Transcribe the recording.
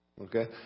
Okay